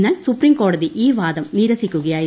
എന്നാൽ സുപ്രീംകോടതി ഈ വാദം നിരസിക്കുകയായിരുന്നു